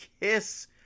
Kiss